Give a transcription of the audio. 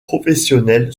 professionnel